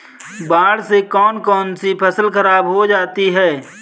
बाढ़ से कौन कौन सी फसल खराब हो जाती है?